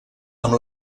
amb